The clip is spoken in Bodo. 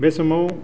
बे समाव